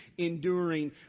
enduring